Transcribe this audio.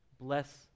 bless